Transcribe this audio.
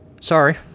Sorry